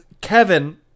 Kevin